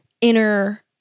inner